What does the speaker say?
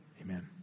Amen